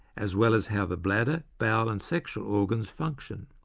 as well as how the bladder, bowel, and sexual organs function.